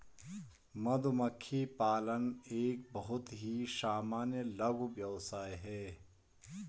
मधुमक्खी पालन एक बहुत ही सामान्य लघु व्यवसाय है